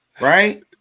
right